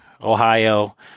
Ohio